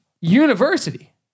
university